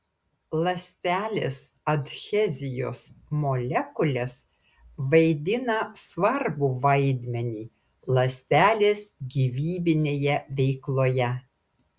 ląstelės adhezijos molekulės vaidina svarbų vaidmenį ląstelės gyvybinėje veikloje